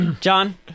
John